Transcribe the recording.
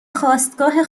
خاستگاه